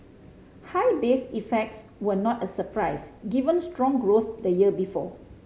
high base effects were not a surprise given strong growth the year before